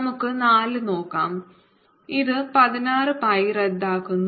നമുക്ക് 4 നോക്കാം ഇത് 16 പൈ റദ്ദാക്കുന്നു